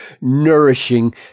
nourishing